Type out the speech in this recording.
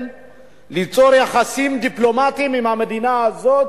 ליצור יחסים דיפלומטיים עם המדינה הזאת.